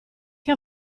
che